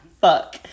fuck